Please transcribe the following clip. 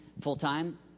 full-time